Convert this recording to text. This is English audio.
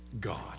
God